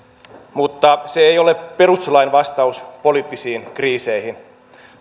mutta se ei ole perustuslain vastaus poliittisiin kriiseihin